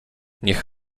niech